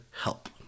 help